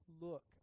look